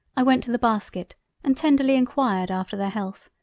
i went to the basket and tenderly enquired after their health,